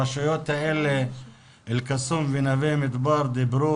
הרשויות האלה אל קסום ונווה מדבר דיברו